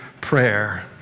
prayer